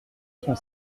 son